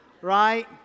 right